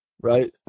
right